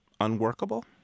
unworkable